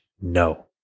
No